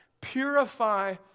purify